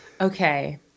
Okay